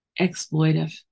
exploitive